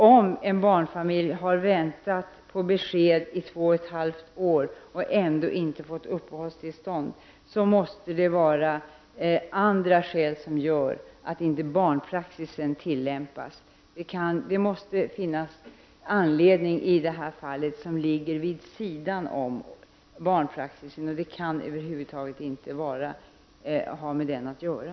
Om en barnfamilj har väntat på besked i två och ett halvt år och ändå inte fått uppehållstillstånd, måste det vara andra skäl som gör att barnpraxis inte tillämpas. Det måste alltså finnas en anledning i det här fallet vid sidan om, för det kan-över huvud taget inte ha med barnpraxis att göra.